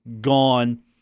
gone